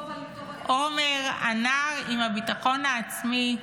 עומר, הנער עם הביטחון העצמי,